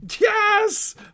yes